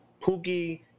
Pookie